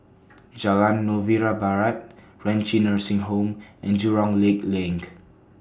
Jalan Novena Barat Renci Nursing Home and Jurong Lake LINK